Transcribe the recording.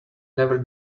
never